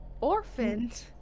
Orphaned